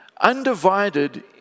undivided